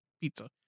pizza